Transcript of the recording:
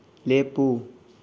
ꯂꯦꯞꯄꯨ